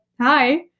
hi